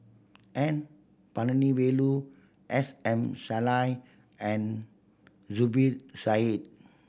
N Palanivelu S M Sali and Zubir Said